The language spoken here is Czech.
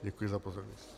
Děkuji za pozornost.